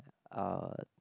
are